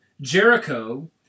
Jericho